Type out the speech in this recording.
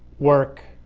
work,